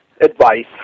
advice